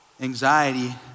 Anxiety